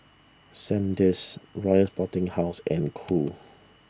Sandisk Royal Sporting House and Cool